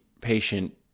patient